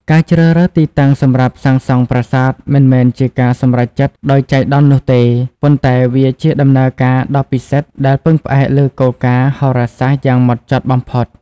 ការជ្រើសរើសទីតាំងសម្រាប់សាងសង់ប្រាសាទមិនមែនជាការសម្រេចចិត្តដោយចៃដន្យនោះទេ ប៉ុន្តែវាជាដំណើរការដ៏ពិសិដ្ឋដែលពឹងផ្អែកលើគោលការណ៍ហោរាសាស្ត្រយ៉ាងហ្មត់ចត់បំផុត។